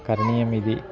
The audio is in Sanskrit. करणीयमिति